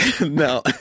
no